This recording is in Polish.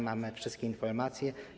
Mamy wszystkie informacje.